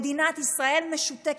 ומדינת ישראל משותקת.